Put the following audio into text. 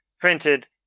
printed